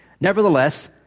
Nevertheless